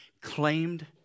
claimed